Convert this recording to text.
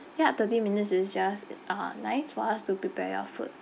yup thirty minutes is just uh nice for us to prepare your food